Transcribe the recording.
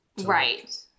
Right